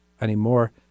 anymore